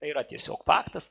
tai yra tiesiog faktas